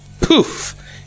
Poof